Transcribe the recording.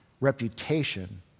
reputation